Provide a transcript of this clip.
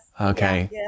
Okay